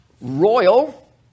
royal